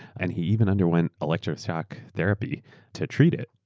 and he even underwent electric shock therapy to treat it.